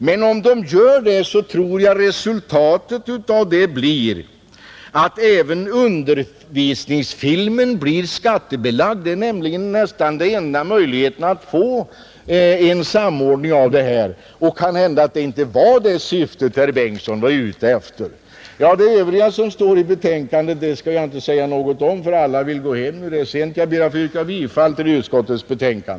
Men om så sker, tror jag resultatet av det blir att även undervisningsfilmen blir skattebelagd. Det är nämligen nästan enda möjligheten att få en samordning, och det kan hända att det inte var herr Bengtsons syfte. Det övriga som står i betänkandet skall jag inte säga något om för alla vill ju gå hem. Det är sent. Jag ber att få yrka bifall till utskottets hemställan.